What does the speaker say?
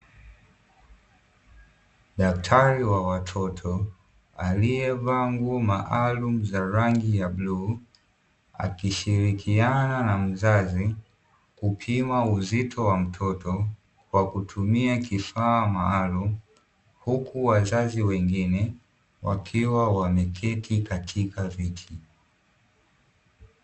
Dakatari wa watoto aliyevaa nguo maalumu za rangi ya bluu akishirikiana na mzazi kupima uzito wa mtoto kwa kutumia kifaa maalumu huku wazazi wengine wakiwa wameketi katika viti.